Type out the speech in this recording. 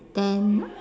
then